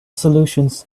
solutions